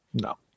No